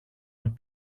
του